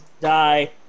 die